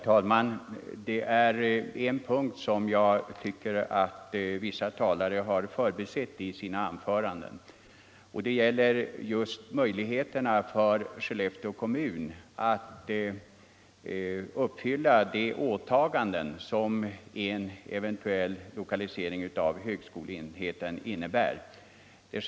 Herr talman! En sak som jag tycker att några talare har förbisett i sina anföranden är möjligheterna för Skellefteå kommun att uppfylla de åtaganden som en lokalisering av högskoleenheten skulle innebära.